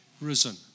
risen